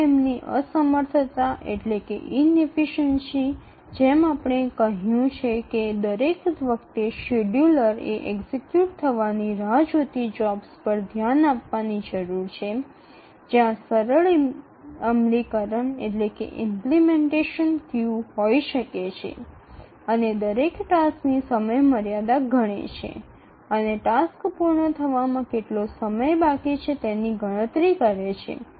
રનટાઈમની અસમર્થતા જેમ આપણે કહ્યું છે કે દરેક વખતે શેડ્યૂલર એ એક્ઝિક્યુટ થવાની રાહ જોતી જોબ્સ પર ધ્યાન આપવાની જરૂર છે જ્યાં સરળ અમલીકરણ ક્યૂ હોઈ શકે છે અને તે દરેક ટાસ્કની સમયમર્યાદા ગણે છે અને ટાસ્ક પૂર્ણ થવામાં કેટલો સમય બાકી છે તેની ગણતરી કરે છે